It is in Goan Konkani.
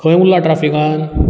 खंय उरला ट्रेफिकान